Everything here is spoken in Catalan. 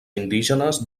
indígenes